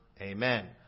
Amen